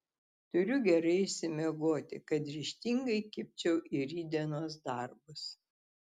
turiu gerai išsimiegoti kad ryžtingai kibčiau į rytdienos darbus